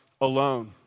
alone